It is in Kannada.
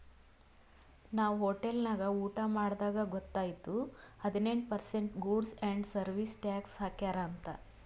ನಾವ್ ಹೋಟೆಲ್ ನಾಗ್ ಊಟಾ ಮಾಡ್ದಾಗ್ ಗೊತೈಯ್ತು ಹದಿನೆಂಟ್ percent goods and service tax ಹಾಕ್ಯಾರ್ ಅಂತ್